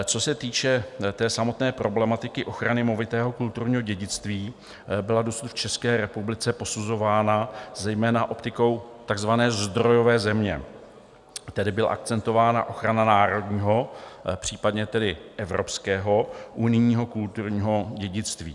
Co se týče samotné problematiky ochrany movitého kulturního dědictví, byla dosud v České republice posuzována zejména optikou takzvané zdrojové země, tedy byla akcentována ochrana národního, případně tedy evropského unijního kulturního dědictví.